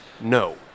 No